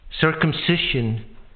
Circumcision